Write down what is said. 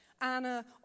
Anna